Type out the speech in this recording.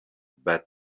bade